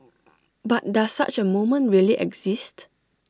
but does such A moment really exist